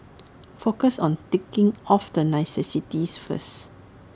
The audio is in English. focus on ticking off the necessities first